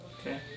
Okay